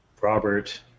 Robert